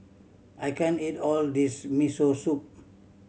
I can't eat all this Miso Soup